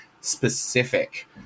specific